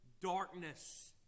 darkness